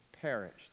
perished